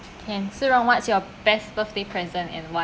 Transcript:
okay si long what's your best birthday present and why